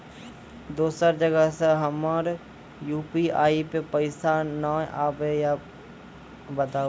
दोसर जगह से हमर यु.पी.आई पे पैसा नैय आबे या बताबू?